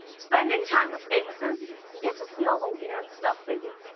spending time with famouses, you get to see all the weird stuff they do.